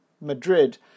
Madrid